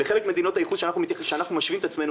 בחלק ממדינות הייחוס שאנחנו משווים את עצמנו